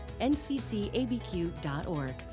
nccabq.org